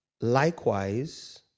likewise